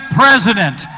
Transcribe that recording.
president